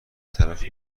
طرف